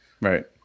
Right